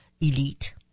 elite